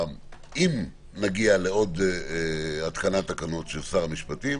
שאם נגיע לעוד התקנת תקנות של שר המשפטים,